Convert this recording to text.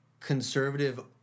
conservative